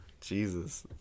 Jesus